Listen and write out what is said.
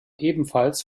ebenfalls